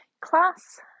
class